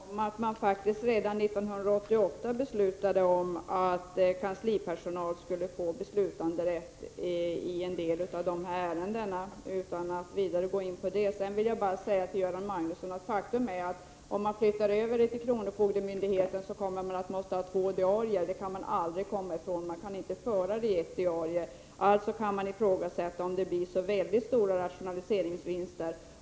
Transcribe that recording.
Herr talman! Jag vill bara påminna om att man faktiskt redan 1988 beslutade att kanslipersonal skulle få beslutanderätt i en del av de här ärendena. Vidare vill jag säga till Göran Magnusson att faktum är att om man för över dessa uppgifter till kronofogdemyndigheterna, tvingas man att föra två diarier. Det kan man aldrig komma ifrån. Man kan inte föra bara ett diarium. Alltså kan man ifrågasätta om det blir så väldigt stora rationaliseringsvinster.